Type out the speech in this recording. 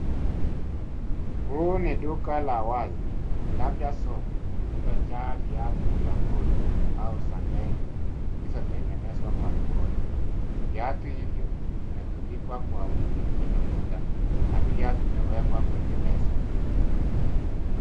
Huu ni duka la wazi, labda soko lililojaa viatu vya ngozi au sandeli vilivyotengenezwa kwa mikoni. Viatu hivyo vimetundikwa kwa wingi kwenye ukuta na pia vimewekwa kwenye meza